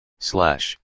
Slash